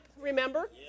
remember